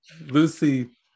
Lucy